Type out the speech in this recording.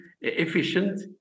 efficient